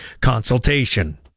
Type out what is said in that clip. consultation